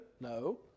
No